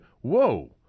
whoa